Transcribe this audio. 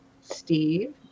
Steve